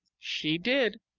she did.